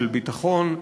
של ביטחון,